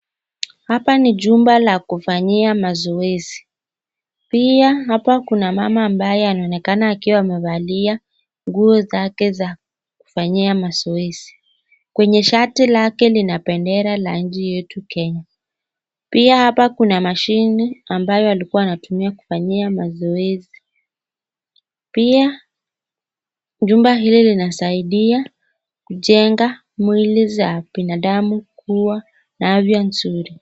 Hapa ni jumba la kufanyia mazoezi ,pia hapa kuna mama ambaye anaonekana akiwa amevalia nguo zake zakufanyia mazoezi , kwenye shati lake lina bendera la nchi ya yetu Kenya ,pia hapa kuna mashini ambayo alikuwa anatumia kufanyia mazoezi ,pia jumba hili linasaidia kujenga mwili za binadamu kuwa na afya nzuri.